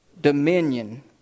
dominion